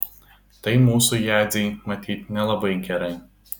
tai mūsų jadzei matyt nelabai gerai